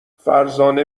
فرزانه